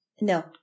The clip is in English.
No